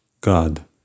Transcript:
God